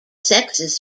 sexes